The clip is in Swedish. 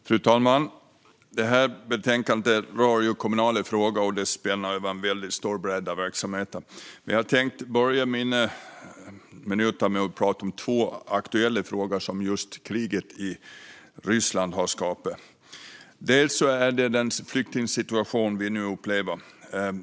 Fru talman! Det här betänkandet rör kommunala frågor och spänner över en stor bredd av verksamheter. Jag tänkte börja med att prata om två aktuella frågor som Rysslands krig har skapat. Den ena är den flyktingsituation som vi nu upplever.